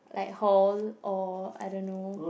like hall or I don't know